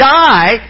die